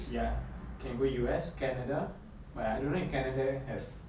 ya can go U_S canada but I don't know if canada have